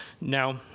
now